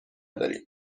داریم